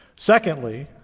secondly,